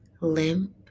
limp